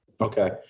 Okay